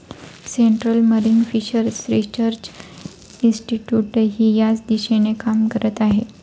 central Marine Fisheries Research इन्स्टिट्यूटही याच दिशेने काम करत आहे